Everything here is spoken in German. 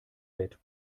bett